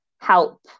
help